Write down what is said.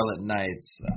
Knights